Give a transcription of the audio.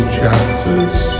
chapters